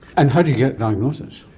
and how do you get diagnosis?